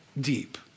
deep